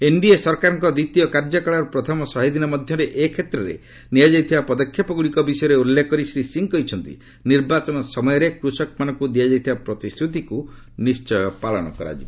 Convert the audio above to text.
NDA ସରକାରଙ୍କ ଦ୍ଧିତୀୟ କାର୍ଯ୍ୟକାଳର ପ୍ରଥମ ଶହେଦିନ ମଧ୍ୟରେ ଏ କ୍ଷେତ୍ରରେ ନିଆଯାଇଥିବା ପଦକ୍ଷେପଗୁଡ଼ିକ ବିଷୟରେ ଉଲ୍ଲ୍ରେଖ କରି ଶ୍ରୀ ସିଂ କହିଛନ୍ତି ନିର୍ବାଚନ ସମୟରେ କୃଷକମାନଙ୍କୁ ଦିଆଯାଇଥିବା ପ୍ରତିଶ୍ରୁତିକୁ ନିଶ୍ଚୟ ପାଳନ କରାଯିବ